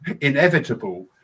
inevitable